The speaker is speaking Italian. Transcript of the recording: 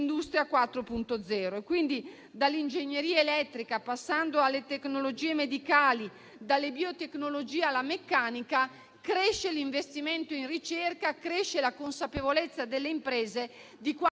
Industria 4.0. Dall'ingegneria elettrica alle tecnologie medicali, dalle biotecnologie alla meccanica, cresce l'investimento in ricerca e la consapevolezza delle imprese di quanto